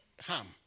harm